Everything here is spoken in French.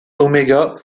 omega